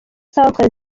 centre